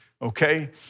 Okay